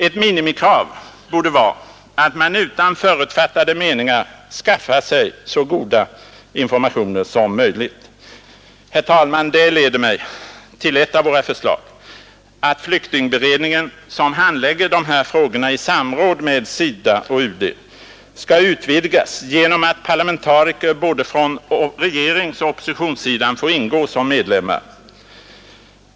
Ett minimikrav borde vara att man utan förutfattade meningar skaffar sig så goda informationer som möjligt. Herr talman! Detta leder mig till ett av våra förslag: att flyktingberedningen, som handlägger dessa frågor i samråd med UD och SIDA, skall utvidgas genom att parlamentariker från både regeringsoch oppositionssidan får ingå som medlemmar.